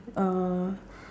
uh